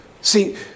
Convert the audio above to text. See